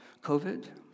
COVID